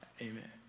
amen